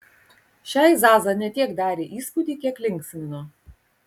šiai zaza ne tiek darė įspūdį kiek linksmino